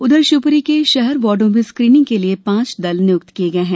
उधर शिवपूरी के शहर वार्ड़ो में स्क्रीनिंग के लिए पांच दल नियुक्त किये गये है